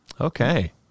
Okay